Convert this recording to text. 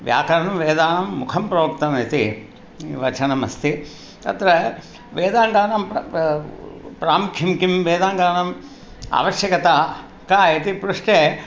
व्याकरणं वेदानां मुखं प्रोक्तमिति वचनमस्ति तत्र वेदाङ्गानां प्रामुख्यं किं वेदाङ्गानाम् आवश्यकता का इति पृष्टे